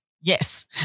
yes